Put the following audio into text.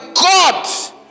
God